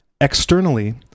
Externally